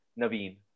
Naveen